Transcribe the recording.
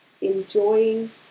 enjoying